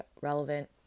relevant